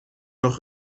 nog